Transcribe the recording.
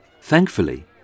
Thankfully